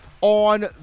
on